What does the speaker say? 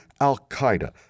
al-Qaeda